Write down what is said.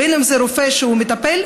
בין שזה הרופא המטפל,